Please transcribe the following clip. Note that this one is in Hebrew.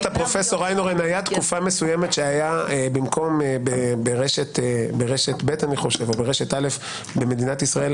הייתה תקופה מסוימת שברשת ב' או ברשת א' במדינת ישראל,